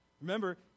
Remember